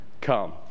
come